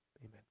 Amen